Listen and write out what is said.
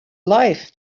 life